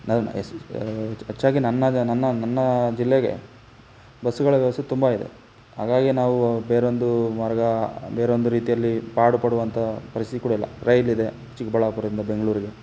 ಹೆಚ್ಚಾಗಿ ನನ್ನ ನನ್ನ ನನ್ನ ಜಿಲ್ಲೆಗೆ ಬಸ್ಸುಗಳ ವ್ಯವಸ್ಥೆ ತುಂಬ ಇದೆ ಹಾಗಾಗಿ ನಾವು ಬೇರೊಂದು ಮಾರ್ಗ ಬೇರೊಂದು ರೀತಿಯಲ್ಲಿ ಪಾಡು ಪಡುವಂಥ ಪರಿಸ್ಥಿತಿ ಕೂಡ ಇಲ್ಲ ರೈಲಿದೆ ಚಿಕ್ಕಬಳ್ಳಾಪುರ್ದಿಂದ ಬೆಂಗಳೂರಿಗೆ